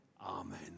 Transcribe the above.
Amen